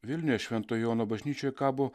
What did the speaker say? vilniuje švento jono bažnyčioj kabo